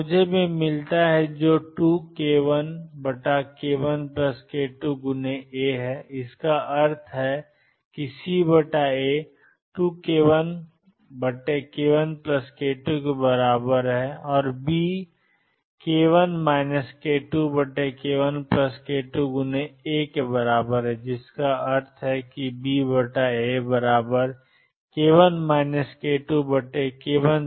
तो मुझे सी मिलता है जो 2k1k1k2A का अर्थ है CA2k1k1k2 और B जो k1 k2k1k2 A है जिसका अर्थ है कि BAk1 k2k1k2